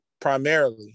primarily